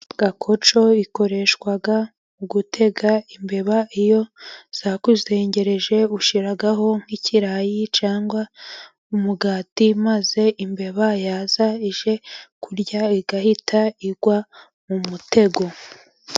Gakoco ikoreshwa mu gutega imbeba iyo zakuzengereje ushiraho nk'ikirayi cyangwa umugati maze imbeba yaza ije kurya ihita igwa mu mutego.